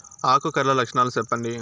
ఆకు కర్ల లక్షణాలు సెప్పండి